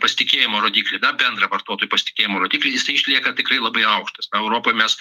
pasitikėjimo rodiklį tą bendrą vartotojų pasitikėjimo rodiklį jisai išlieka tikrai labai aukštas europoj mes